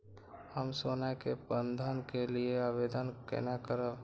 हम सोना के बंधन के लियै आवेदन केना करब?